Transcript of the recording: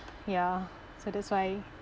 ya so that's why